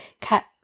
cat